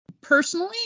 Personally